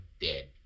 dead